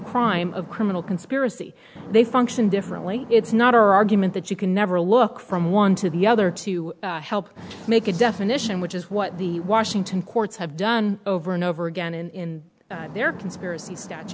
crime of criminal conspiracy they function differently it's not our argument that you can never look from one to the other to help make a definition which is what the washington courts have done over and over again in their conspiracy statu